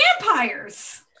vampires